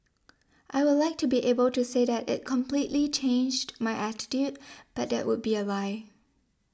I would like to be able to say that it completely changed my attitude but that would be a lie